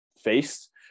faced